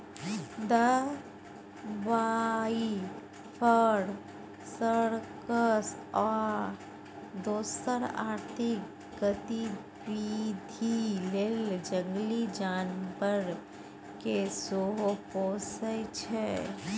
दबाइ, फर, सर्कस आ दोसर आर्थिक गतिबिधि लेल जंगली जानबर केँ सेहो पोसय छै